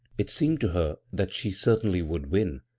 it seemed to her that she certainly would win,